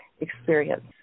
experience